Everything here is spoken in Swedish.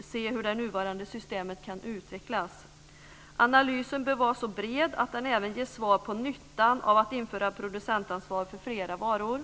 ser hur det nuvarande systemet kan utvecklas. Analysen bör vara så bred att den även ger svar på nyttan av att införa producentansvar för flera varor.